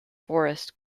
forests